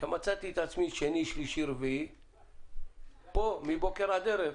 מצאתי את עצמי שני, שלישי ורביעי פה מבוקר עד ערב.